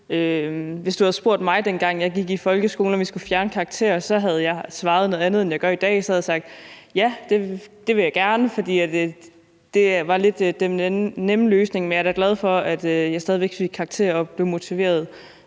gik i folkeskolen, om vi skulle fjerne karakterer, havde jeg svaret noget andet, end jeg gør i dag. Så havde jeg sagt, at det ville jeg gerne have, for det var lidt den nemme løsning. Men jeg er da glad for, at jeg stadig væk fik karakterer og blev motiveret